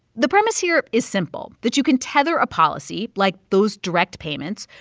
the premise here is simple that you can tether a policy, like those direct payments,